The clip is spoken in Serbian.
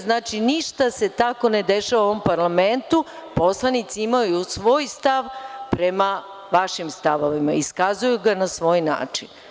Znači, ništa se tako ne dešava u ovom parlamentu, poslanici imaju svoj stav prema vašim stavovima i iskazuju ga na svoj način.